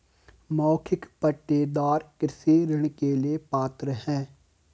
मौखिक पट्टेदार कृषि ऋण के लिए पात्र हैं